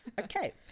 Okay